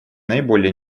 наиболее